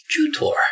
Jutor